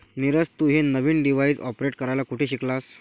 नीरज, तू हे नवीन डिव्हाइस ऑपरेट करायला कुठे शिकलास?